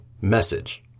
message